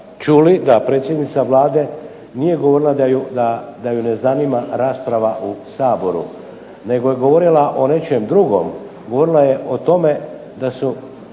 čuli da predsjednica Vlade nije govorila da je ne zanima rasprava u Saboru nego je govorila o nečem drugom. Govorila je o tome da su